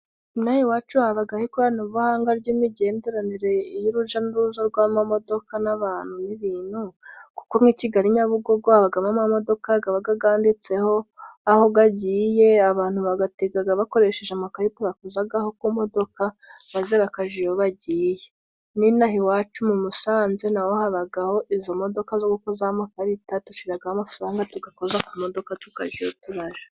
Ino aha iwacu habagaho ikoranabuhanga ry'imigenderanire y'uruja n'uruza rw'amamodoka n'abantu n'ibintu, kuko nk' i Kigali Nyabugogo habagamo amamodoka gabaga ganditseho aho gagiye, abantu bagategaga bakoresheje amakarita bakozagaho ku modoka, maze bakaja iyo bagiye. N'ino aha iwacu mu Musanze, naho habagaho izo modoka zo gukozaho amakarita tushiragamo amafaranga, tugakoza ku modoka tukaja iyo turaja.